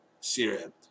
Syria